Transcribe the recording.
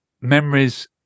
memories